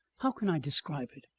how can i describe it?